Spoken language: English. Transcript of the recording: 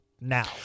now